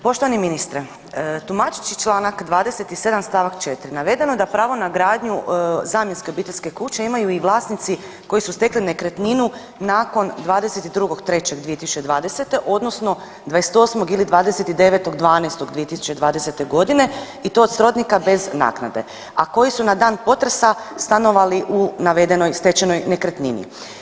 Poštovani ministre tumačeći Članak 27. stavak 4. navedeno je da pravo na gradnju zamjenske obiteljske kuće imaju i vlasnici koji su stekli nekretninu nakon 22.3.2020. odnosno 28. ili 29.12.2020. godine i to od srodnika bez naknade, a koji su na dan potresa stanovali u navedenoj stečenoj nekretnini.